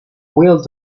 north